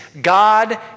God